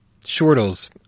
shortles